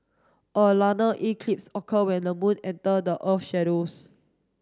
a eclipse occur when the moon enter the earth shadows